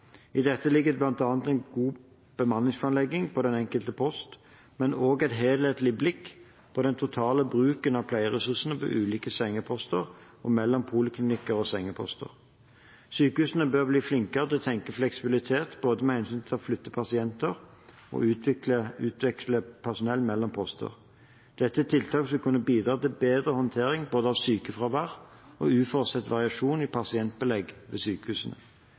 I dette ligger det bl.a. god bemanningsplanlegging på den enkelte post, men også et helhetlig blikk på den totale bruken av pleieressurser på ulike sengeposter og mellom poliklinikker og sengeposter. Sykehusene bør bli flinkere til å tenke fleksibilitet med hensyn til både å flytte pasienter og å utveksle personell mellom poster. Dette er tiltak som vil kunne bidra til bedre håndtering av både sykefravær og uforutsett variasjon i pasientbelegg ved sykehusene.